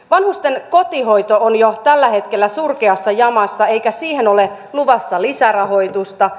vanhusten kotihoito on jo tällä hetkellä surkeassa jamassa eikä siihen ole luvassa lisärahoitusta